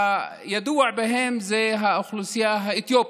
הידועה ביניהם זו האוכלוסייה האתיופית,